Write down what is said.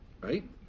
right